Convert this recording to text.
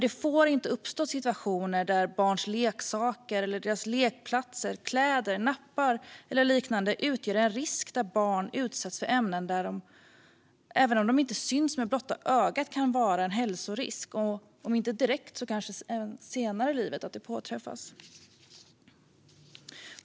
Det får inte uppstå situationer där barns leksaker, lekplatser, kläder, nappar eller liknande utgör en risk där barn utsätts för ämnen som även om de inte syns med blotta ögat kan vara en hälsorisk som kan påverka dem om inte direkt så senare i livet.